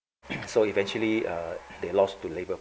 so eventually err they lost to label